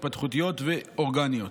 התפתחותיות ואורגניות.